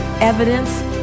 evidence